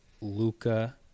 Luca